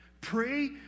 Pray